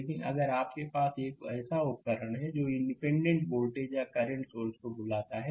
लेकिन अगर आपके पास एक ऐसा उपकरण है जो डिपेंडेंट वोल्टेज या करंट सोर्सेसcurrent sourc को बुलाता है